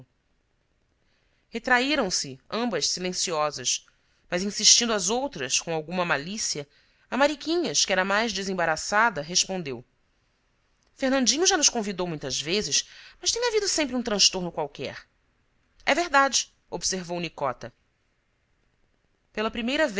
espetáculo retraíram se ambas silenciosas mas insistindo as outras com alguma malícia a mariquinhas que era mais desembaraçada respondeu fernandinho já nos convidou muitas vezes mas tem havido sempre um transtorno qualquer é verdade observou nicota pela primeira vez